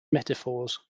metaphors